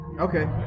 Okay